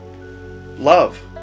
Love